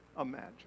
imagine